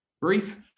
brief